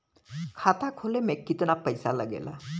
खाता खोले में कितना पईसा लगेला?